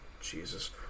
Jesus